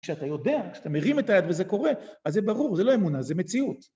כשאתה יודע, כשאתה מרים את היד וזה קורה, אז זה ברור - זה לא אמונה, זה מציאות.